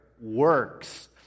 works